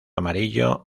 amarillo